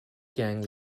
gang